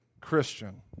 Christian